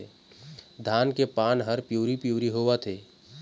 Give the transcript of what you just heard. धनिया के पान हर पिवरी पीवरी होवथे?